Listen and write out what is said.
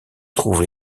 trouvent